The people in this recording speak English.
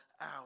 out